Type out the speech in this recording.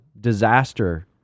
disaster